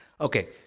Okay